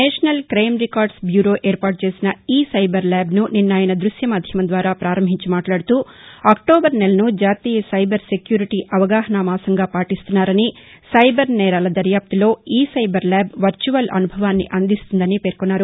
national crime record bureau ఏర్పాటు చేసిన ఈ సైబర్ ల్యాబ్ ను నిన్న ఆయస ద్బశ్య మాధ్యమం ద్వారా పారంభించి మాట్లాడుతూ అక్టోబర్ నెలను జాతీయ సైబర్ సెక్యూరిటీ అవగాహన మాసంగా పాటీస్తున్నారనీ సైబర్ నేరాల దర్యాప్తలో ఈ సైబర్ ల్యాజ్ వర్చువల్ అనుభవాన్ని అందిస్తుందని పేర్కొన్నారు